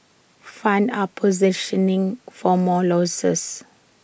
funds are positioning for more losses